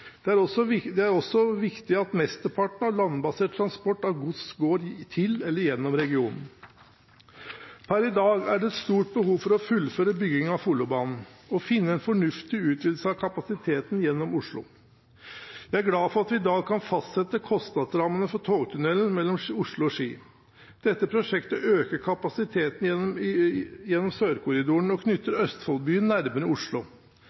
Det er også viktig at mesteparten av landbasert transport av gods går til eller gjennom regionen. Per i dag er det et stort behov for å fullføre bygging av Follobanen og finne en fornuftig utvidelse av kapasiteten gjennom Oslo. Jeg er glad for at vi i dag kan fastsette kostnadsrammene for togtunnelen mellom Oslo og Ski. Dette prosjektet øker kapasiteten gjennom Sørkorridoren og knytter Østfold-byene nærmere Oslo.